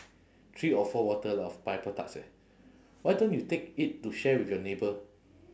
three or four bottle of pineapple tarts eh why don't you take it to share with your neighbour